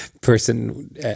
person